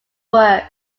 works